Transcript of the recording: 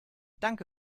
danke